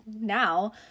now